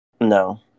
No